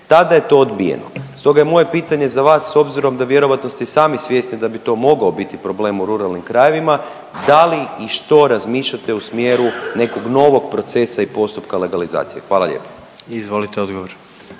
tada je to odbijeno. Stoga je moje pitanje za vas s obzirom da vjerojatno ste i sami svjesni da bi to mogao biti problem u ruralnim krajevima da li i što razmišljate u smjeru nekog novog procesa i postupka legalizacije? Hvala lijepa. **Jandroković,